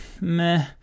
meh